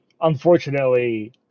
unfortunately